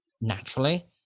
naturally